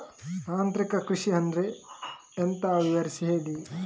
ತಾಂತ್ರಿಕ ಕೃಷಿ ಅಂದ್ರೆ ಎಂತ ವಿವರಿಸಿ ಹೇಳಿ